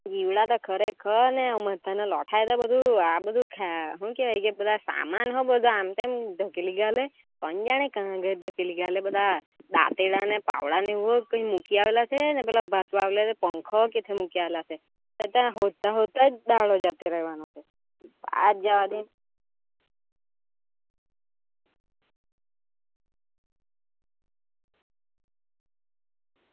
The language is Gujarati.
જીવડા તો ખરેખર ને અમારે ત્યાંના લોઠાએ છે એ આ બધું શું કહેવાય કે પેલા સામાન હોવ બધા આમ તેમ ધકેલી ઘાલે કોણ જાણે ક્યાં આગળ ધકેલી ઘાલે બધા દાંતરડા ને પાવડાને બધું મૂકી આવેલા છે ને પેલા ભાત વાવલે ત્યાં પંખોય મૂકી આવેલા છે અત્યારે શોધતા શોધતા દહાડો જતો રહેવાનો છે આ જવા દે